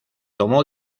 tomó